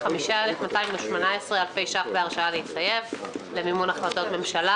ו-95,218 אלפי ש"ח בהרשאה להתחייב למימון החלטות ממשלה,